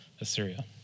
Assyria